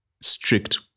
strict